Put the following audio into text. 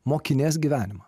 mokinės gyvenimą